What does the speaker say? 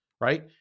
Right